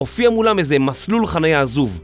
הופיע מולם איזה מסלול חניה עזוב